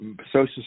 Social